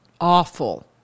awful